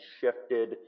shifted